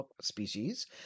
species